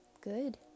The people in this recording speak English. Good